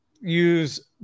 use